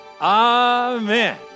Amen